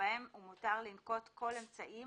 שבהם ומותר לנקוט כל אמצעים,